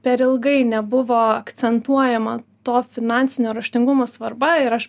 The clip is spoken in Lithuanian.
per ilgai nebuvo akcentuojama to finansinio raštingumo svarba ir aš